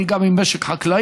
אני גם עם משק חקלאי,